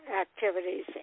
activities